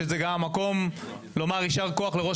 שזה גם המקום לומר יישר כוח לראש